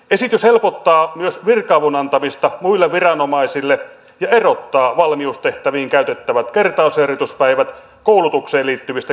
esitys helpottaa myös virka avun antamista muille viranomaisille ja erottaa valmiustehtäviin käytettävät kertausharjoituspäivät koulutukseen liittyvistä kertausharjoituspäivistä